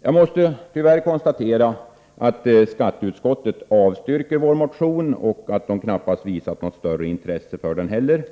Jag måste tyvärr konstatera att skatteutskottet avstyrkt vår motion och knappast heller visat något större intresse för den.